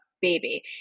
baby